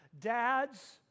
Dads